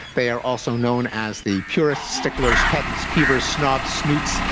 they are also known as the purists, sticklers, pedants, peevers, snobs, snoots,